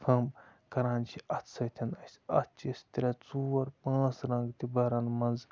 پھمب کَران چھِ اَتھ سۭتۍ اَسہِ اَتھ چھِ أسۍ ترٛےٚ ژور پانٛژھ رَنٛگ تہِ بَران منٛز